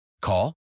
Call